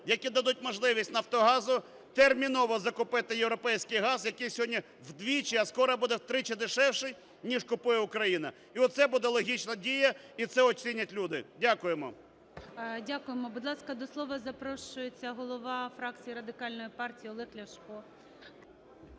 які дадуть можливість "Нафтогазу" терміново закупити європейський газ, який сьогодні вдвічі, а скоро буде втричі дешевший, ніж купує Україна. І оце буде логічна дія, і це оцінять люди. Дякуємо. ГОЛОВУЮЧИЙ. Дякуємо. Будь ласка, до слова запрошується голова фракції Радикальної партії Олег Ляшко.